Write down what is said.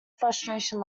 frustration